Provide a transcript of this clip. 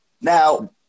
Now –